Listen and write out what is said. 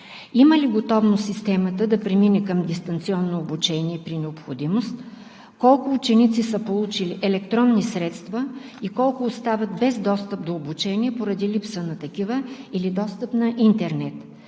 има ли готовност системата да премине към дистанционно обучение при необходимост, колко ученици са получили електронни средства и колко остават без достъп до обучение поради липса на такива, или достъп до интернет?